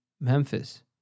Memphis